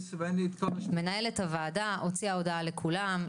מנהלת הוועדה הוציאה הודעה לכולם,